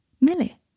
Millie